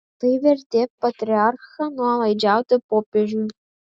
tai vertė patriarchą nuolaidžiauti popiežiui